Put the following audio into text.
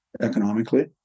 economically